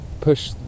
push